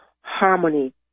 Harmony